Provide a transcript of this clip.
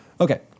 Okay